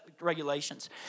regulations